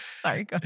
Sorry